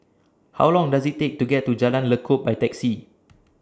How Long Does IT Take to get to Jalan Lekub By Taxi